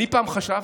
פעם חשבתי,